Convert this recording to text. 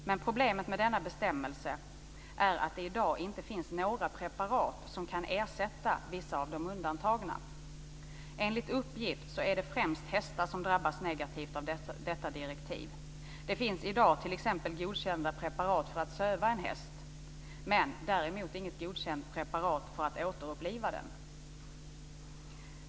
Men problemet med denna bestämmelse är att det i dag inte finns några preparat som kan ersätta vissa av de undantagna. Enligt uppgift är det främst hästar som drabbas negativt av detta direktiv. Det finns i dag t.ex. godkända preparat för att söva en häst, men däremot finns det inget godkänt preparat för att återuppliva hästen.